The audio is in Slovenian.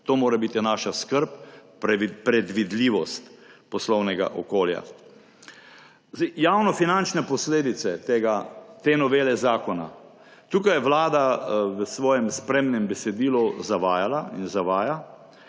To mora biti naša skrb: predvidljivost poslovnega okolja. Javnofinančne posledice te novele zakona. Tukaj je vlada v svojem spremnem besedilu zavajala in zavaja.